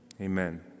Amen